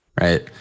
right